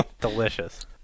Delicious